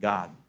God